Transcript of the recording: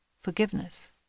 forgiveness